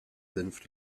senf